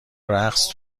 رقص